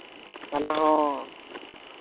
ᱚᱱᱟ ᱦᱚᱸ